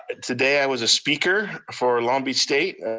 today i was a speaker for long beach state. a